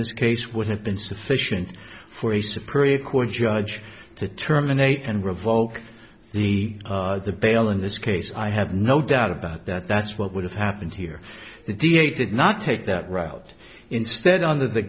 this case would have been sufficient for a supreme court judge to terminate and revoke the the bail in this case i have no doubt about that that's what would have happened here the d a did not take that route instead under the